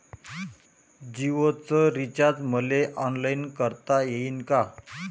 जीओच रिचार्ज मले ऑनलाईन करता येईन का?